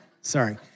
sorry